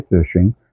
fishing